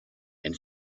and